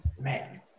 Man